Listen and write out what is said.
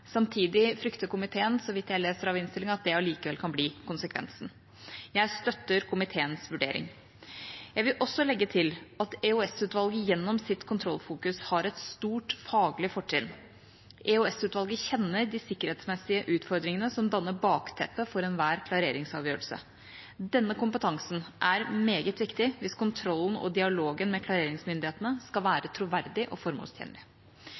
Samtidig frykter komiteen, så vidt jeg leser av innstillingen, at det likevel kan bli konsekvensen. Jeg støtter komiteens vurdering. Jeg vil legge til at EOS-utvalget gjennom sitt kontrollfokus har et stort faglig fortrinn. EOS-utvalget kjenner de sikkerhetsmessige utfordringene som danner bakteppet for enhver klareringsavgjørelse. Denne kompetansen er meget viktig hvis kontrollen og dialogen med klareringsmyndighetene skal være troverdig og formålstjenlig.